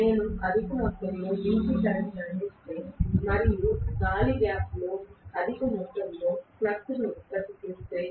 నేను అధిక మొత్తంలో DC కరెంట్ను అందిస్తే మరియు గాలి గ్యాప్లో అధిక మొత్తంలో ఫ్లక్స్ ఉత్పత్తి చేస్తే